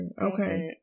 Okay